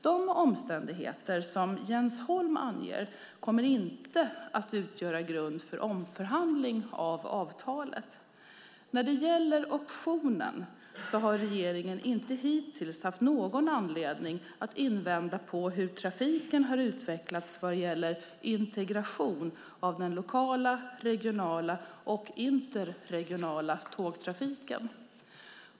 De omständigheter som Jens Holm anger kommer inte att utgöra grund för omförhandling av avtalet. När det gäller optionen har regeringen inte hittills haft någon anledning att invända mot hur trafiken har utvecklats vad gäller integrationen av den lokala, regionala och interregionala tågtrafiken.